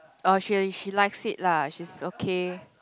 oh she she likes it lah she's okay